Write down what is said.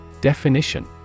Definition